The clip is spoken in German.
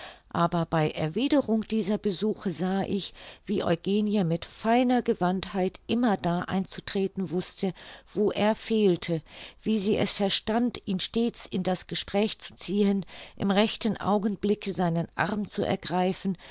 aber bei erwiederung dieser besuche sah ich wie eugenie mit feiner gewandtheit immer da einzutreten wußte wo er fehlte wie sie es verstand ihn stets in das gespräch zu ziehen im rechten augenblicke seinen arm zu ergreifen